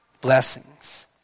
blessings